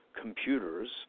computers